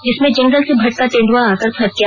जिसमे जंगल से भटका तेंदुआ आ कर फंस गया